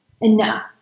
enough